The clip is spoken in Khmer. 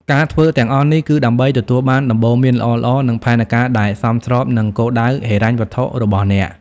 ការធ្វើទាំងអស់នេះ គឺដើម្បីទទួលបានដំបូន្មានល្អៗ និងផែនការដែលសមស្របនឹងគោលដៅហិរញ្ញវត្ថុរបស់អ្នក។